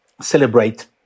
celebrate